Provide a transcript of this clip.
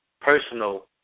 personal